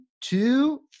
two